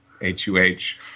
H-U-H